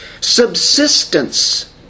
subsistence